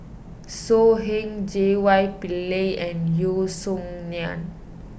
So Heng J Y Pillay and Yeo Song Nian